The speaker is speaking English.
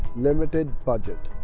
limited budget